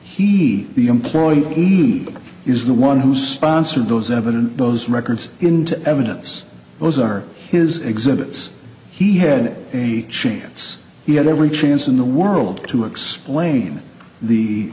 he the employee either is the one who sponsored those eleven and those records into evidence those are his exhibits he had a chance he had every chance in the world to explain the